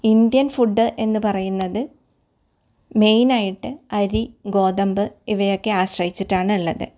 Indian food എന്ന് പറയുന്നത് main ആയിട്ട് അരി ഗോതമ്പ് ഇവയെ ഒക്കെ ആശ്രയിച്ചിട്ടാണ് ഉള്ളത്